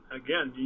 again